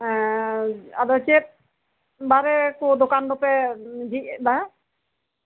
ᱮ ᱟᱫᱚ ᱪᱮᱫ ᱵᱟᱨ ᱨᱮ ᱫᱚᱠᱟᱱ ᱫᱚᱯᱮ ᱡᱷᱤᱡ ᱮᱫᱟ